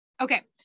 okay